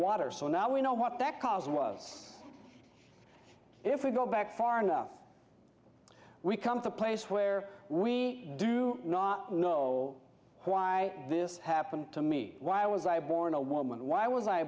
water so now we know what that cause was if we go back far enough we come to a place where we do not know why this happened to me why was i born a woman why was i